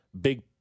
big